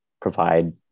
provide